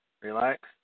Relax